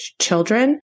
children